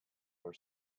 for